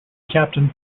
captained